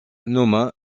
nomma